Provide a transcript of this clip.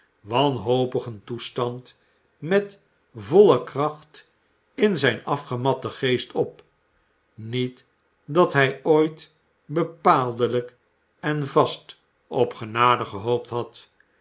wanhopigen toestand met volle kracht in zijn afgematten geest op niet dat hij ooit bepaaldelijk en vast op genade gehoopt had